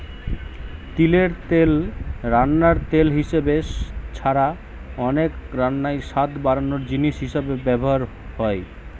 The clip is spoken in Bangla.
তিলের তেল রান্নার তেল হিসাবে ছাড়া অনেক রান্নায় স্বাদ বাড়ানার জিনিস হিসাবে ব্যভার হয়